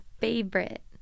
favorite